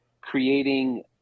creating